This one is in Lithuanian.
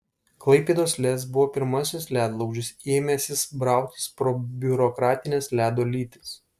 klaipėdos lez buvo pirmasis ledlaužis ėmęsis brautis pro biurokratines ledo lytis